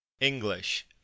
English